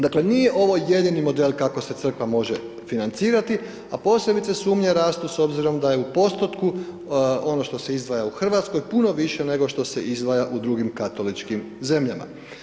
Dakle, nije ovo jedini model kako se crkva može financirati, a posebice sumnje rastu s obzirom da je u postotku ono što se izdvaja u RH, puno više nego što se izdvaja u drugim katoličkim zemljama.